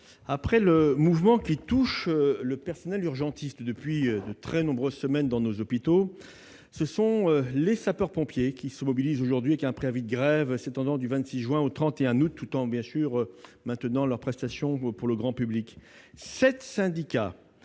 après le mouvement qui touche le personnel urgentiste depuis de très nombreuses semaines dans nos hôpitaux, ce sont les sapeurs-pompiers qui se mobilisent aujourd'hui avec un préavis de grève s'étendant du 26 juin au 31 août, tout en maintenant bien sûr leurs prestations pour le grand public.